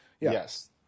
yes